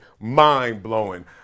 Mind-blowing